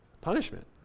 punishment